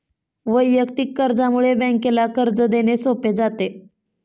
वैयक्तिक कर्जामुळे बँकेला कर्ज देणे सोपे जाते